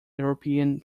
european